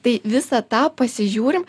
tai visą tą pasižiūrim